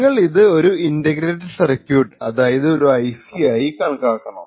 നിങ്ങൾ ഇത് ഒരു ഇൻറ്റഗ്രേറ്റഡ് സർക്യൂട്ട് അതായത് ഒരു IC ആയി കണക്കാക്കണം